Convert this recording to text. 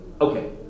Okay